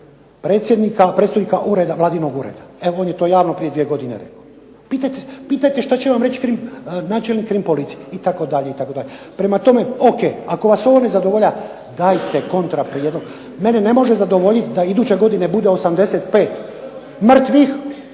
reći pitajte predstojnika vladinog ureda. On je to javno prije dvije godine rekao. Pitajte što će vam reći načelnik KRIM policije itd. Prema tome, ok ako vas to ne zadovoljava dajte kontra prijedlog, mene ne može zadovoljiti da iduće godine bude 85 mrtvih